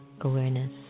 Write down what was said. awareness